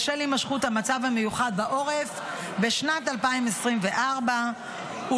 בשל הימשכות המצב המיוחד בעורף בשנת 2024 ולנוכח